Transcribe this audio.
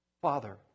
Father